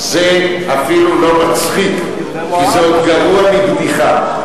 זה אפילו לא מצחיק, כי זה עוד גרוע מבדיחה.